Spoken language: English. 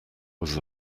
was